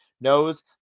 knows